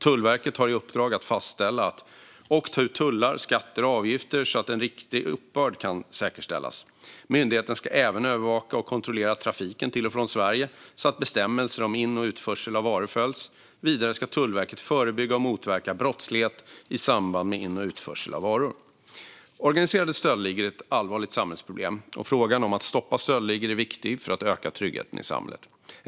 Tullverket har i uppdrag att fastställa och ta ut tullar, skatter och avgifter så att en riktig uppbörd kan säkerställas. Myndigheten ska även övervaka och kontrollera trafiken till och från Sverige så att bestämmelser om in och utförsel av varor följs. Vidare ska Tullverket förebygga och motverka brottslighet i samband med in och utförsel av varor. Organiserade stöldligor är ett allvarligt samhällsproblem, och frågan om att stoppa stöldligor är viktig för att öka tryggheten i samhället.